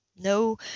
no